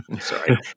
Sorry